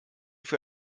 für